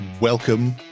welcome